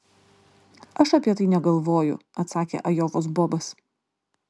aš apie tai negalvoju atsakė ajovos bobas